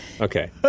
Okay